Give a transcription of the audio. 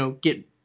get –